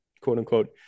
quote-unquote